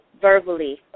verbally